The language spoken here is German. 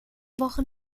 wochen